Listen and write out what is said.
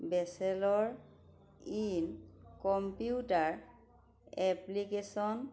bachelor in computer applications